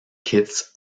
kits